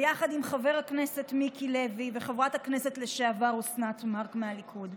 ביחד עם חבר הכנסת מיקי לוי וחברת הכנסת לשעבר אסנת מארק מהליכוד.